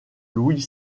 louis